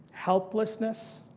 helplessness